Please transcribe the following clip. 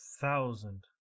thousand